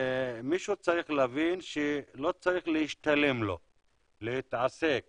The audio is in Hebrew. מישהו צריך להבין שלא צריך להשתלם לו להתעסק